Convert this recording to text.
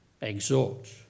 exhort